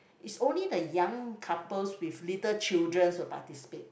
is only the young couples with little childrens will participate